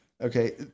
Okay